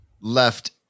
left